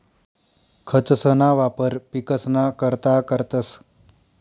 खतंसना वापर पिकसना करता करतंस